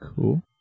Cool